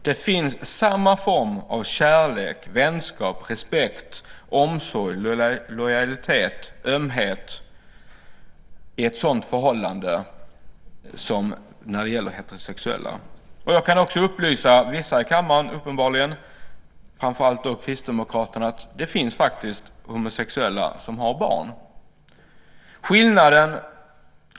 Det är samma form av kärlek, vänskap, respekt, omsorg, lojalitet och ömhet i ett sådant förhållande som när det gäller heterosexuella. Jag kan också upplysa vissa i kammaren, framför allt Kristdemokraterna, om att det faktiskt finns homosexuella som har barn.